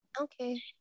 Okay